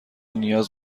نیاز